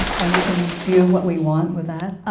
and we can do what we want with that.